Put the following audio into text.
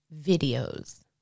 videos